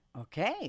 okay